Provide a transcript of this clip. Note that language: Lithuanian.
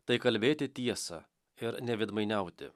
tai kalbėti tiesą ir neveidmainiauti